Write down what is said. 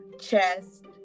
chest